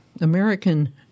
American